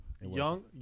Young